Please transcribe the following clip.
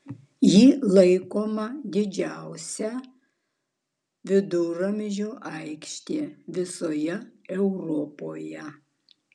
ji laikoma didžiausia viduramžių aikšte visoje europoje